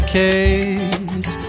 case